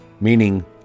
meaning